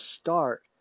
start